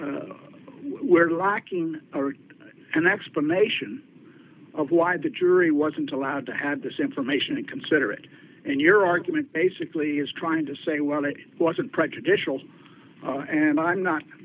're lacking an explanation of why the jury wasn't allowed to have this information and consider it and your argument basically is trying to say well it wasn't prejudicial and i'm not